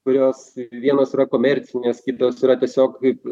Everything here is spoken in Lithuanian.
kurios vienos yra komercinės kitos yra tiesiog kaip